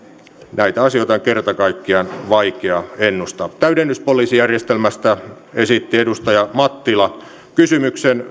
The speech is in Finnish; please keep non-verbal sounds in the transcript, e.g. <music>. näitä asioita on kerta kaikkiaan vaikea ennustaa täydennyspoliisijärjestelmästä esitti edustaja mattila kysymyksen <unintelligible>